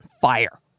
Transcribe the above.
fire